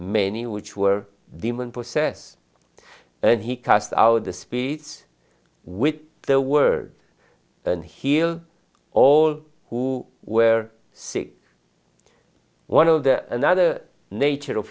many which were demon process and he cast out the speed with the word and heal all who were sick one of the another nature of